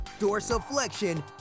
dorsiflexion